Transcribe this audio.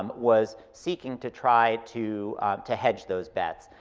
um was seeing to try to to hedge those bets.